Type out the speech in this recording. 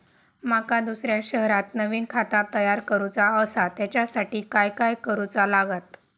माका दुसऱ्या शहरात नवीन खाता तयार करूचा असा त्याच्यासाठी काय काय करू चा लागात?